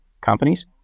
companies